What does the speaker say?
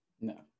No